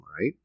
right